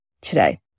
today